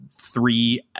three